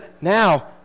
Now